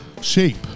shape